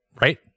Right